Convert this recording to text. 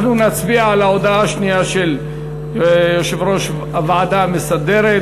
אנחנו נצביע על ההודעה השנייה של יושב-ראש הוועדה המסדרת,